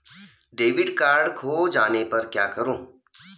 Debit card खो जाने पर क्या करूँ?